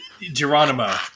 Geronimo